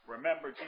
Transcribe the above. Remember